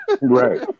Right